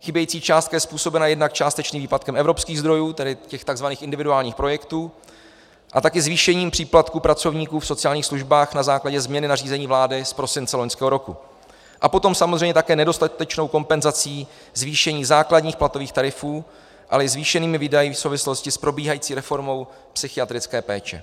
Chybějící částka je způsobena jednak částečným výpadkem evropských zdrojů, těch tzv. individuálních projektů, a taky zvýšením příplatku pracovníkům v sociálních službách na základě změny nařízení vlády z prosince loňského roku a potom samozřejmě také nedostatečnou kompenzací zvýšení základních platových tarifů, ale i zvýšenými výdaji v souvislosti s probíhající reformou psychiatrické péče.